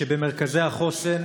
במרכזי החוסן,